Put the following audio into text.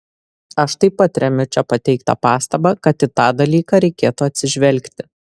aš taip pat remiu čia pateiktą pastabą kad į tą dalyką reikėtų atsižvelgti